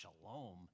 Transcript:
shalom